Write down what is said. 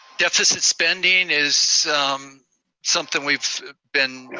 deficit spending is something we've been